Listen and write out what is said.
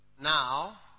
Now